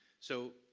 so,